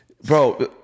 Bro